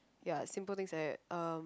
ya simple things like that um